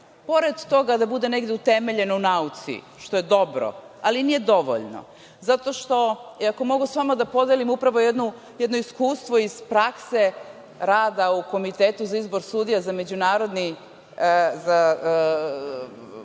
pored toga da bude negde utemeljen u nauci, što je dobro, ali nije dovoljno…Ako mogu sa vama da podelim, upravo jedno, iskustvo iz prakse rada u Komitetu za izbor sudija za međunarodni